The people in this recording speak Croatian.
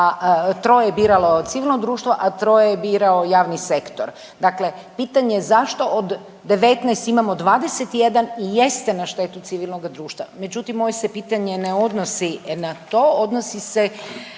troje je biralo, civilno društvo, a troje je birao javni sektor. Dakle, pitanje zašto od 19 imamo 21 i jeste na štetu civilnoga društva, međutim, moje se pitanje ne odnosi na to, odnosi se,